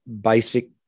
basic